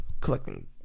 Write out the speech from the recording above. collecting